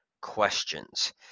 questions